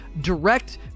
direct